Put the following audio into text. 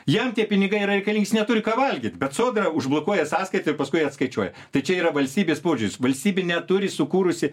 jam tie pinigai yra reikalingi jis neturi ką valgyt bet sodra užblokuoja sąskaitą ir paskui atskaičiuoja tai čia yra valstybės požiūris valstybė net turi sukūrusi